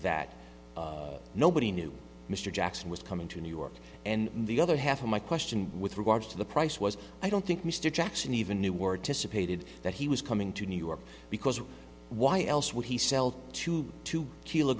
that nobody knew mr jackson was coming to new york and the other half of my question with regards to the price was i don't think mr jackson even knew were disappointed that he was coming to new york because why else would he sell to two